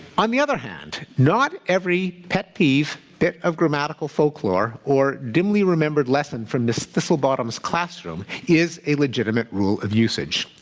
on the other hand, not every pet peeve bit of grammatical folklore or dimly remembered lesson from miss thistlebottom's classroom is a legitimate rule of usage.